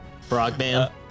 Frogman